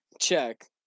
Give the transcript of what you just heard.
Check